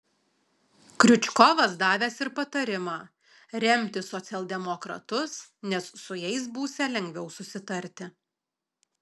kriučkovas davęs ir patarimą remti socialdemokratus nes su jais būsią lengviau susitarti